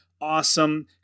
awesome